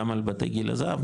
גם לבתי גיל הזהב,